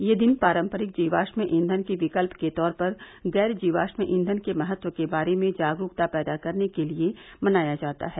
यह दिन पारम्परिक जीवाश्म ईंधन के विकल्प के तौर पर गैर जीवाश्म ईंधन के महत्व के बारे में जागरूकता पैदा करने के लिए मनाया जाता है